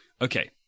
Okay